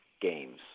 games